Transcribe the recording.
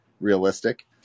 realistic